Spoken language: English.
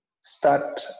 start